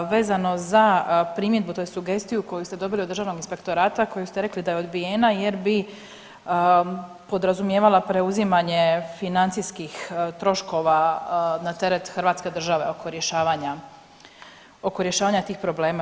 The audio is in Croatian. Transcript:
Vezano za primjedbu za tj. sugestiju koju ste dobili od Državnog inspektorata kojem ste rekli da je odbijena jer bi podrazumijevala preuzimanje financijskih troškova na teret hrvatske države oko rješavanja, oko rješavanja tih problema.